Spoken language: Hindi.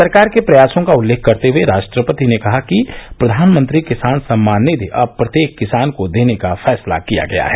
सरकार के प्रयासों का उल्लेख करते हुए राष्ट्रपति ने कहा कि प्रधानमंत्री किसान सम्मान निधि अब प्रत्येक किसान को देने का फैसला किया गया है